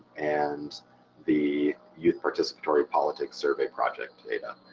and the youth participatory politics survey project data.